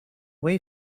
way